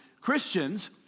Christians